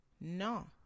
No